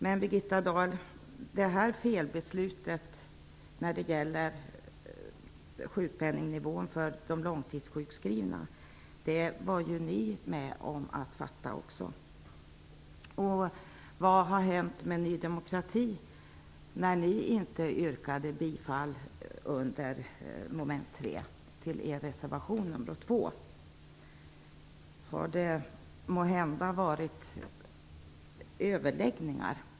Men, Birgitta Dahl, felbeslutet när det gäller sjukpenningnivån för de långtidssjukskrivna var ni med om att fatta. Vad har hänt med Ny demokrati, när ni inte yrkade bifall under mom. 3 till er reservation nr 2? Har det måhända varit överläggningar?